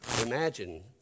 imagine